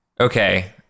okay